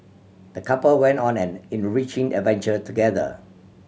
the couple went on an enriching adventure together